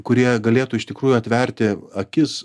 kurie galėtų iš tikrųjų atverti akis